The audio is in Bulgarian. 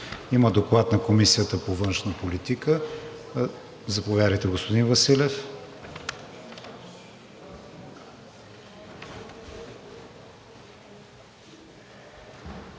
Има Доклад на Комисията по външна политика. Заповядайте, господин Василев,